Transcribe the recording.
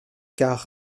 car